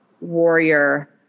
warrior